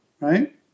right